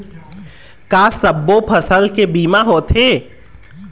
का सब्बो फसल के बीमा होथे?